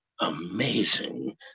Amazing